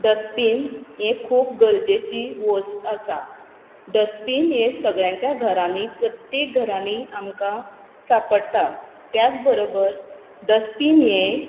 dustbin हें खूब गरजेची वस्त आसा डस्टबीन हें सगल्यांच्या घरांनी प्रत्येक घरांनी आमकां सांपडटा त्याच बरोबर डस्टबीन हें